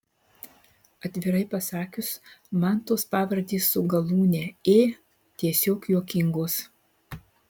atvirai pasakius man tos pavardės su galūne ė tiesiog juokingos